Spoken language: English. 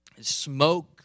Smoke